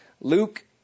Luke